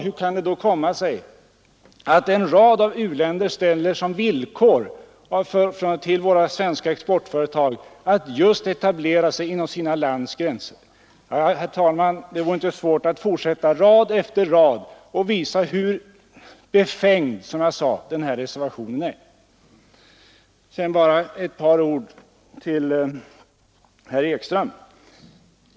Hur kan det då komma sig att en rad u-länder ställer som villkor till våra svenska exportföretag att om de vill sälja sina produkter just etablera sig inom respektive lands gränser? Det vore inte svårt att fortsätta rad efter rad och visa hur befängd den här reservationen är. Sedan bara ett par ord till herr Ekström.